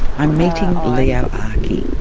i'm meeting leo akee.